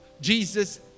Jesus